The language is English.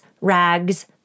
rags